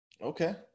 Okay